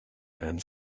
and